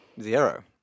Zero